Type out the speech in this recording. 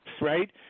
right